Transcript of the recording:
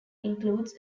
includes